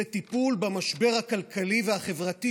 זה טיפול במשבר הכלכלי והחברתי,